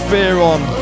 Fearon